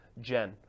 Jen